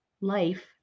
life